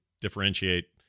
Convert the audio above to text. differentiate